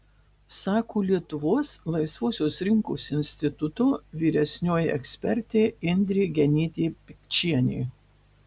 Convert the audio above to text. sako lietuvos laisvosios rinkos instituto vyresnioji ekspertė indrė genytė pikčienė